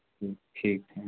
جی ٹھیک ہے